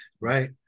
right